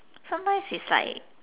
sometimes it's like